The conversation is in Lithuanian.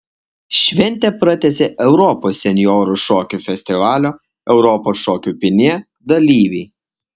šventę pratęsė europos senjorų šokių festivalio europos šokių pynė dalyviai